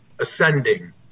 ascending